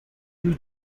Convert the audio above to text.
due